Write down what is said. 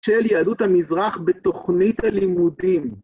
של יהדות המזרח בתוכנית הלימודים.